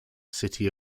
city